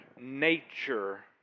nature